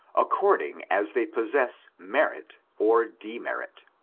according as they possess merit or demerit.